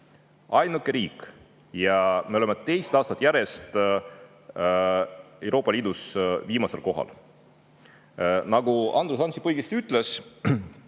Ainuke riik! Ja me oleme teist aastat järjest Euroopa Liidus viimasel kohal. Nagu Andrus Ansip õigesti ütles,